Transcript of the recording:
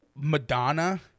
Madonna